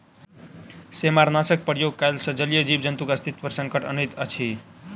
सेमारनाशकक प्रयोग कयला सॅ जलीय जीव जन्तुक अस्तित्व पर संकट अनैत अछि